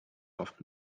off